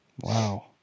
Wow